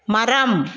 மரம்